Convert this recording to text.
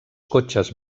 cotxes